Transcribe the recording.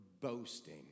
boasting